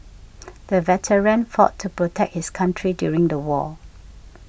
the veteran fought to protect his country during the war